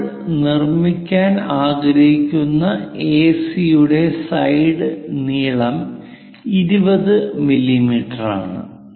നമ്മൾ നിർമ്മിക്കാൻ ആഗ്രഹിക്കുന്ന എസി യുടെ സൈഡ് നീളം 20 മില്ലീമീറ്റർ ആണ്